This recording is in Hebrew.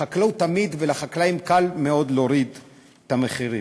לחקלאות ולחקלאים תמיד קל מאוד להוריד את המחירים.